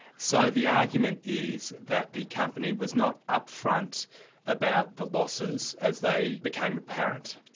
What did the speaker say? so the argument is that the company was not upfront about the losses as they became apparent?